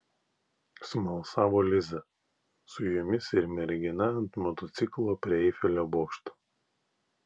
smalsavo liza su jumis ir mergina ant motociklo prie eifelio bokšto